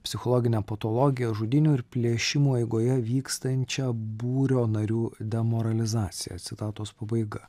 psichologinę patologiją žudynių ir plėšimo eigoje vykstančią būrio narių demoralizaciją citatos pabaiga